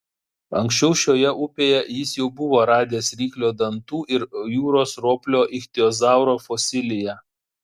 anksčiau šioje upėje jis jau buvo radęs ryklio dantų ir jūros roplio ichtiozauro fosiliją